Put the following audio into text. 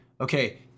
Okay